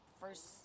first